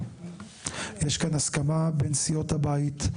יש כאן הסכמה בין סיעות הבית,